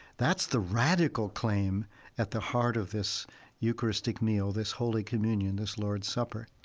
that's the radical claim at the heart of this eucharistic meal, this holy communion, this lord's supper